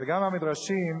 וגם המדרשים,